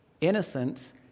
innocent